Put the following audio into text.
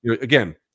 again